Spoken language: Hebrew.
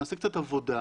נעשה קצת ונתקדם.